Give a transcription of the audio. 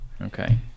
Okay